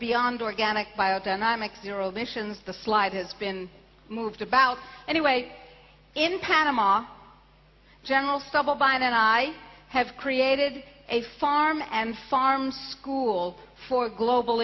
beyond organic biodynamics year old missions the slide has been moved about anyway in panama general stubblebine and i have created a farm and farm school for global